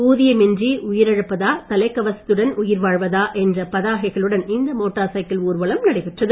ஊதியமின்றி உயிரிழப்பதா தலைக்கவசத்துடன் உயிர் வாழ்வதா என்ற பதாகைகளுடன் இந்த மோட்டார் சைக்கிள் ஊர்வலம் நடைபெற்றது